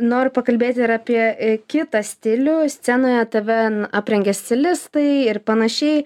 noriu pakalbėt ir apie kitą stilių scenoje tave aprengia stilistai ir panašiai